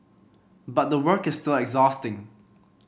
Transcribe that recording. but the work is still exhausting